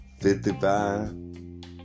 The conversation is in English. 55